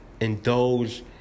indulge